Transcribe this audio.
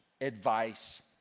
advice